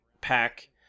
pack